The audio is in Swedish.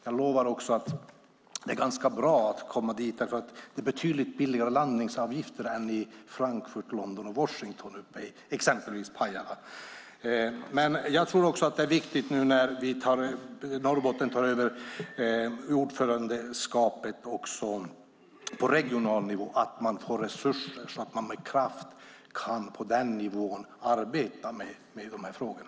Jag lovar också att det är ganska bra att komma dit, därför att det exempelvis uppe i Pajala är betydligt lägre landningsavgifter än i Frankfurt, London och Washington. Jag tror också att det är viktigt, nu när Norrbotten tar över ordförandeskapet på regional nivå, att man får resurser så att man på den nivån med kraft kan arbeta med de här frågorna.